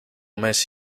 mes